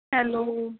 hello